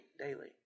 daily